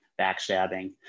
backstabbing